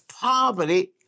Poverty